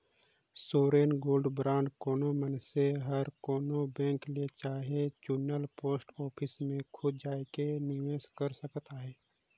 sovereign gold bond कोनो मइनसे हर कोनो बेंक ले चहे चुनल पोस्ट ऑफिस में खुद जाएके निवेस कइर सकत अहे